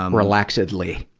um relaxedly.